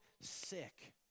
sick